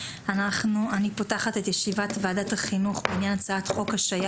אני פותחת את ישיבת ועדת החינוך בעניין הצעת חוק השעיה